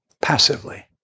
passively